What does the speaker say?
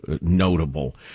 notable